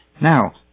Now